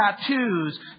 tattoos